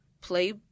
play